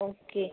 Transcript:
okay